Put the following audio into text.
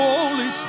Holy